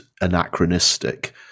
anachronistic